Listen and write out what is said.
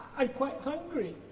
i'm quite hungry.